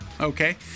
Okay